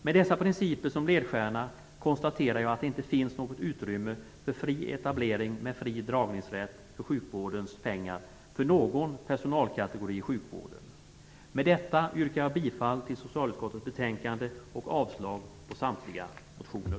Med dessa principer som ledstjärna konstaterar jag att det inte finns något utrymme för fri etablering med fri dragningsrätt på sjukvårdens pengar för någon personalkategori i sjukvården. Med detta yrkar jag bifall till socialutskottets hemställan och avslag på samtliga motioner.